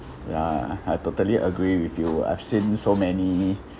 ya I totally agree with you I've seen so many